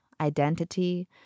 identity